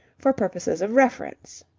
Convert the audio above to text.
for purposes of reference.